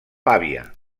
pavia